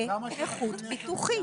זה נכות ביטוחית.